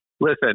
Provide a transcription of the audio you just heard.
listen